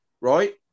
right